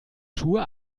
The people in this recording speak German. schuhe